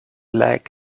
leg